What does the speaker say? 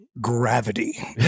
gravity